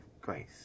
grace